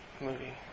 movie